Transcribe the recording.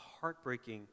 heartbreaking